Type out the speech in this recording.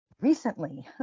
recently